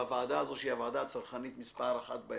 הוועדה הזו היא הוועדה הצרכנית מספר אחת בכנסת,